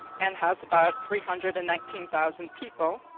and has about three hundred and nineteen thousand people.